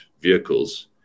vehicles